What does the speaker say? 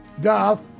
Duff